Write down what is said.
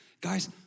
Guys